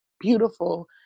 beautiful